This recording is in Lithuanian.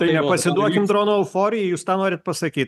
nepasiduokim dronų euforijai jūs tą norite pasakyt